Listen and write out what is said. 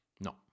No